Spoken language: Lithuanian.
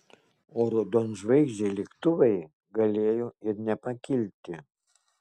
o raudonžvaigždžiai lėktuvai galėjo ir nepakilti